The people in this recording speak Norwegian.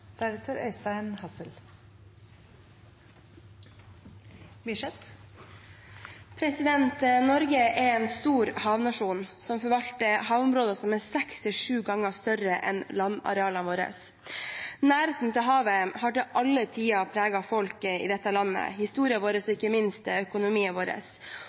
en stor havnasjon og forvalter havområder som er seks–sju ganger større enn landarealenene våre. Nærheten til havet har til alle tider preget folket i dette landet, historien vår og ikke minst økonomien vår,